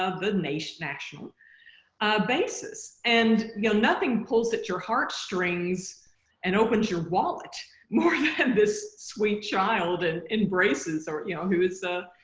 ah the national national basis and you know nothing pulls at your heartstrings and opens your wallet more than this sweet child and in braces or you know who is a